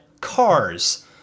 cars